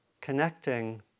connecting